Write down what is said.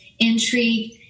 Intrigue